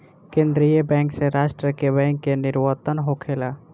केंद्रीय बैंक से राष्ट्र के बैंक के निवर्तन होखेला